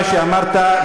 מה שאמרת,